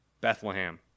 Bethlehem